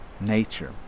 nature